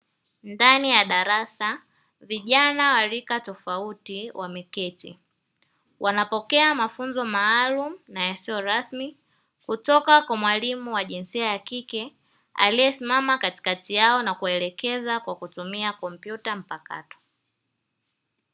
Ndani ya darasa vijana wa rika tofauti wameketi wanapokea mafunzo maalumu na yasiyo rasmi kutoka kwa mwalimu wa jinsia ya kike aliyesimama katikati yao na kuwaelekeza kwa kutumia kompyuta mpakato.